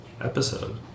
episode